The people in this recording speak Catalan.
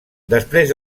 després